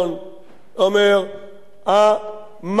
שהמקסימום